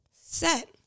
set